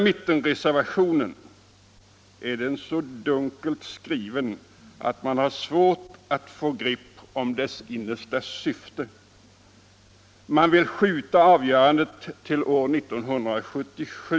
Mittenreservationen är så dunkelt skriven att det är svårt att få något grepp om dess innersta syfte. Man vill skjuta avgörandet fram till år 1977.